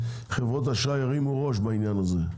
שחברות האשראי ירימו ראש בעניין הזה.